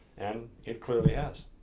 and it clearly has.